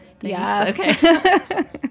Yes